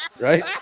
right